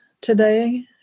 today